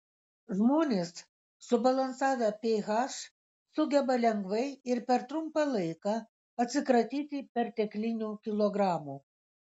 žmonės subalansavę ph sugeba lengvai ir per trumpą laiką atsikratyti perteklinių kilogramų